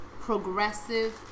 progressive